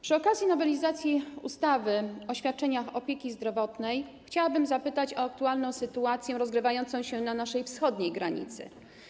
Przy okazji nowelizacji ustawy o świadczeniach opieki zdrowotnej chciałabym zapytać o aktualną sytuację na naszej wschodniej granicy.